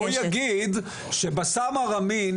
שהוא יגיד שבסאם ארמין,